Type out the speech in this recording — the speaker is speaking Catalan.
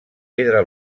pedra